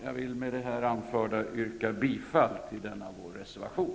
Jag vill med det anförda yrka bifall till denna vår reservation.